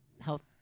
Health